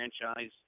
franchise